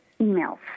emails